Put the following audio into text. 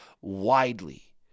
widely